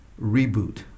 reboot